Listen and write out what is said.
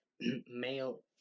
male